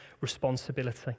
responsibility